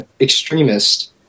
extremists